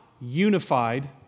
unified